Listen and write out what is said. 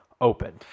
open